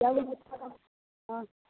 हॅं